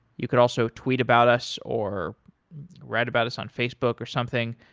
you could also tweet about us or write about us on facebook or something.